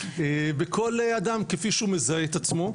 וכל אדם כפי שהוא מזהה את עצמו,